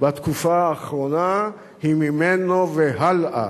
בתקופה האחרונה היא ממנו והלאה,